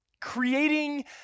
creating